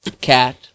cat